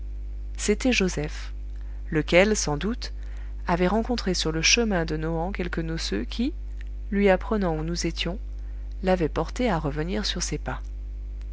c'était joseph lequel sans doute avait rencontré sur le chemin de nohant quelques noceux qui lui apprenant où nous étions l'avait porté à revenir sur ses pas